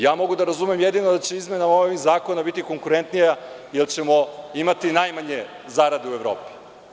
Ja mogu da razumem jedino da će izmenama ovih zakona biti konkurentnija, jer ćemo imati najmanje zarade u Evropi.